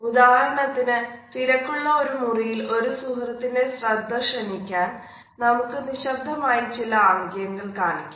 ഉദാഹരണത്തിന് തിരക്കുള്ള ഒരു മുറിയിൽ ഒരു സുഹൃത്തിന്റെ ശ്രദ്ധ ക്ഷണിക്കാൻ നമുക്ക് നിശബ്ദമായി ചില ആംഗ്യങ്ങൾ കാണിക്കാം